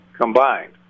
combined